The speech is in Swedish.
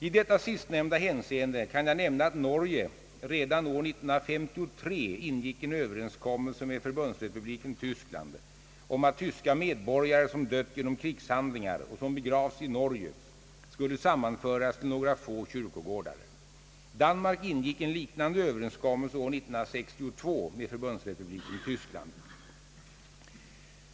I detta sistnämnda hänseende kan jag nämna att Norge redan år 1953 ingick en överenskommelse med Förbundsrepubliken Tyskland om att tyska medborgare, som dött genom krigshandlingar och som begravts i Norge, skulle sammanföras till några få kyrkogårdar. Danmark ingick en liknande överenskommelse år 1962 med Förbundsrepubliken Tyskland.